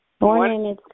Morning